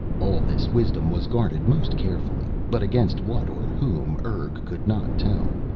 all this wisdom was guarded most carefully, but against what or whom, urg could not tell,